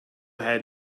ahead